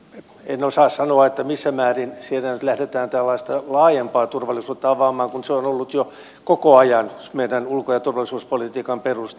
en osaa sanoa missä määrin siinä nyt lähdetään tällaista laajempaa turvallisuutta avaamaan kun se on ollut jo koko ajan meidän ulko ja turvallisuuspolitiikan perusta